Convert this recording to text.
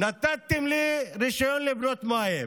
נתתם לי רישיון לבנות בית,